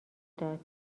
داد